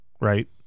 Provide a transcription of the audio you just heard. right